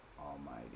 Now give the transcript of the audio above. Almighty